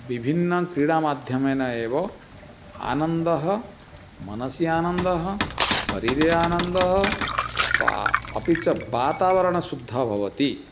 विभिन्न क्रीडामाध्यमेन एव आनन्दः मनसि आनन्दः शरीरे आनन्दः वा अपि च वातावरणं शुद्धं भवति